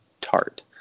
tart